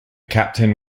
captain